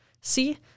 See